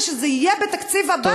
ושזה יהיה בתקציב הבא,